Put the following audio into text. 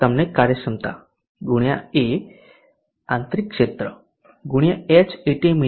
તેથી આ તમને કાર્યક્ષમતા ગુણ્યા એ A આંતરિક ક્ષેત્ર અને ગુણ્યા Hatmin આપશે